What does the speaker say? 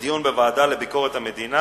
לדיון בוועדה לענייני ביקורת המדינה,